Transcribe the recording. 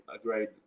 agreed